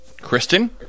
Kristen